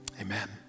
Amen